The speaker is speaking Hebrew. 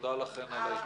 תודה לכם על ההשתתפות.